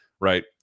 Right